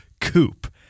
Coupe